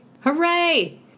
Hooray